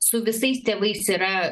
su visais tėvais yra